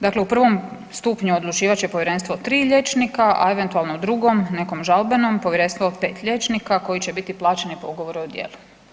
Dakle, u prvom stupnju odlučivat će povjerenstvo tri liječnika, a eventualno u drugom nekom žalbenom povjerenstvo pet liječnika koji će biti plaćeni po ugovoru o djelu.